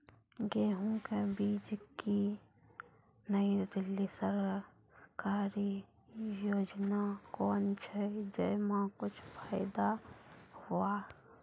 गेहूँ के बीज की नई दिल्ली सरकारी योजना कोन छ जय मां कुछ फायदा हुआ?